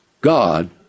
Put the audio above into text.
God